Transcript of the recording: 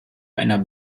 einer